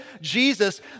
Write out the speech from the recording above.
Jesus